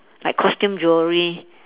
like costume jewellery